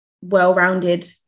well-rounded